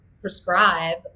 prescribe